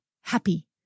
happy